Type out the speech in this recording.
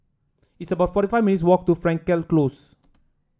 it's about forty five minutes' walk to Frankel Close